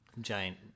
giant